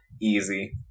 easy